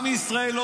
אז אני אסביר לך למה